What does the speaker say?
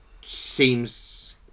seems